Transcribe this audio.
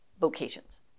vocations